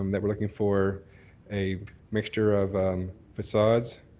um that we're looking for a mixture of facades,